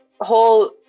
whole